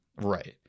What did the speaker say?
Right